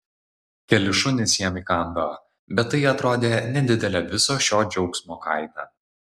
keli šunys jam įkando bet tai atrodė nedidelė viso šio džiaugsmo kaina